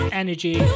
energy